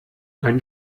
ein